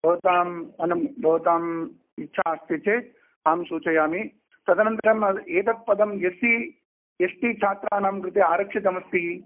भवतां मनं भवताम् इच्छा अस्ति चेत् अहं सूचयामि तदनन्तरम् एतत् पदम् एस्सि एस्टि छात्राणां कृते आरक्षितमस्ति